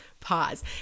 pause